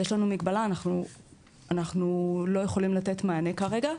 יש לנו מגבלה, אנחנו לא יכולים לתת מענה כרגע.